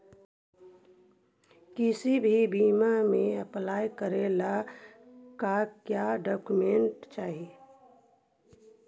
किसी भी बीमा में अप्लाई करे ला का क्या डॉक्यूमेंट चाही?